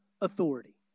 authority